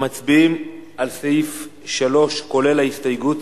אנחנו מצביעים על סעיף 3, כולל ההסתייגות.